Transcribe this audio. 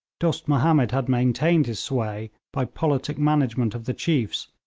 dost mahomed had maintained his sway by politic management of the chiefs,